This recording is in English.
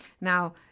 Now